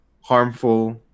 harmful